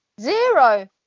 Zero